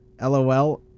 LOL